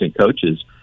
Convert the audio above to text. coaches